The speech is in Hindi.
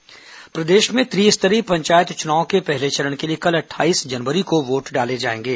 पंचायत चुनाव प्रर्देश में त्रिस्तरीय पंचायत चुनाव के पहले चरण के लिए कल अट्ठाईस जनवरी को वोट डाले जाएंगे